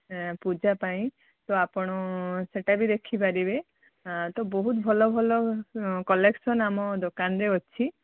ଏ ପୂଜା ପାଇଁ ତ ଆପଣ ସେଇଟା ବି ଦେଖିପାରିବେ ତ ବହୁତ ଭଲ ଭଲ କଲେକ୍ସନ୍ ଆମର ଦୋକାନରେ ଅଛି